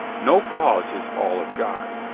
no cause is all of god,